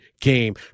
game